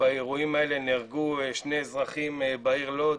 באירועים האלה נהרגו שני אזרחים בעיר לוד,